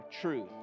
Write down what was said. truth